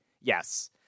yes